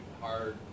hard